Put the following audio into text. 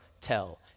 tell